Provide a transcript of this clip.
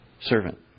servant